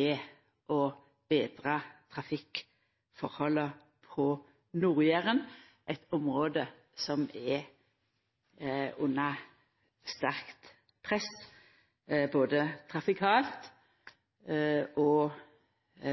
er å betra trafikkforholda på Nord-Jæren, eit område som er under sterkt press både trafikalt og